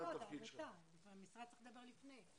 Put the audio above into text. המשרד צריך לדבר לפני.